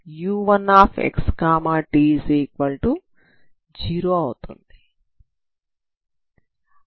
x0 వద్ద u1xt0అవుతుంది